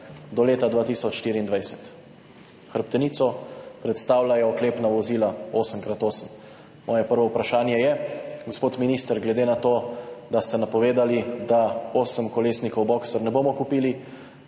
do 2024. Hrbtenico predstavljajo oklepna vozila 8x8. Moje prvo vprašanje je: Gospod minister, glede na to, da ste napovedali, da osemkolesnikov Boxer ne bomo kupili,